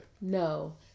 No